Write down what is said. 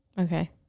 Okay